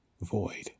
void